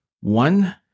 One